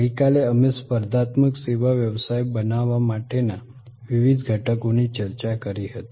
ગઈકાલે અમે સ્પર્ધાત્મક સેવા વ્યવસાય બનાવવા માટેના વિવિધ ઘટકોની ચર્ચા કરી હતી